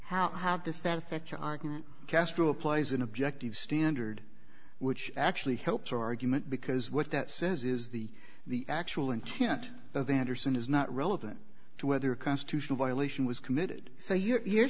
how does that affect your argument castro plays an objective standard which actually helps argument because what that says is the the actual intent of andersen is not relevant to whether a constitutional violation was committed so you're